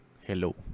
Hello